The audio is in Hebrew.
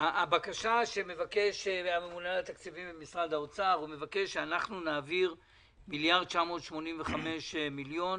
הבקשה שמבקש הממונה על התקציבים במשרד האוצר היא שנעביר 1,985 מיליארד